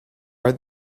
are